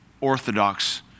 orthodox